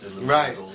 right